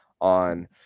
on –